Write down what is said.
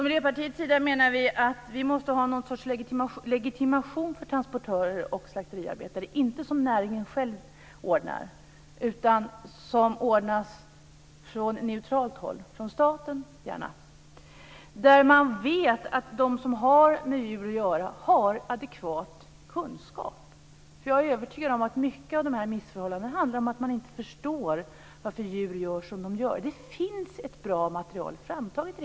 Miljöpartiet menar att vi måste ha något slags legitimation för transportörer och slakteriarbetare - en legitimation som inte ordnas av näringen själv utan som ordnas från neutralt håll, gärna från staten, och som gör att vi vet att de som har med djur att göra har adekvat kunskap. Jag är övertygad om att mycket av missförhållandena handlar om att man inte förstår varför djur gör som de gör. Det finns redan ett bra material framtaget.